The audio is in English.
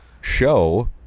show